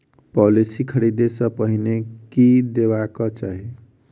Policy खरीदै सँ पहिने की देखबाक चाहि?